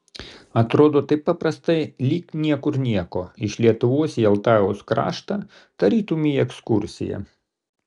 atrodo taip paprastai lyg niekur nieko iš lietuvos į altajaus kraštą tarytum į ekskursiją